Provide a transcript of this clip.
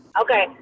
Okay